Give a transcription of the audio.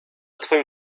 twoim